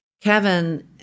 Kevin